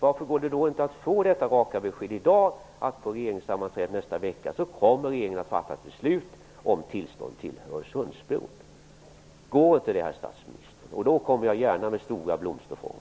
Varför går det då inte att få ett rakt besked om att regeringen på regeringssammanträde nästa vecka kommer att fatta beslut om tillstånd till Öresundsbron? Går inte det, herr statsminister? Om jag får besked kommer jag gärna med stora blomsterfång.